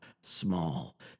small